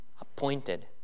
appointed